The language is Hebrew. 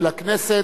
ולכנסת,